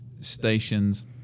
stations